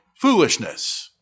foolishness